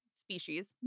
species